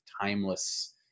timeless